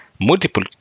multiple